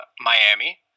Miami